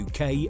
UK